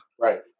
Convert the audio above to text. right